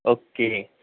okay